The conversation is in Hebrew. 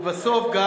ובסוף גם,